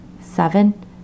seven